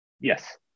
Yes